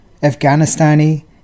Afghanistani